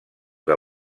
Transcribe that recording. que